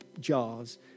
jars